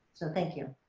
so thank you.